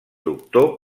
doctor